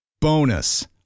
Bonus